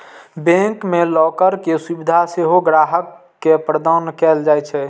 bank मे locker के सुविधा सेहो ग्राहक के प्रदान कैल जाइ छै